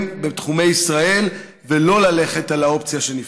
בתחומי ישראל ולא ללכת על האופציה שנבחרה.